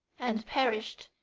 and perished,